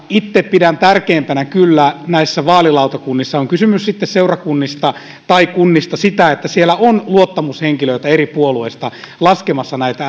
itse pidän tärkeimpänä kyllä näissä vaalilautakunnissa on kysymys sitten seurakunnista tai kunnista sitä että siellä on luottamushenkilöitä eri puolueista laskemassa näitä